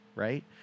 Right